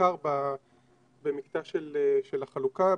בעיקר במקטע של החלוקה.